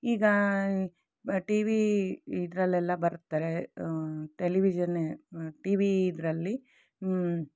ಈಗ T V ಇದರಲ್ಲೆಲ್ಲ ಬರ್ತಾರೆ ಟೆಲಿವಿಷನೇ ಟಿ ವಿ ಇದರಲ್ಲಿ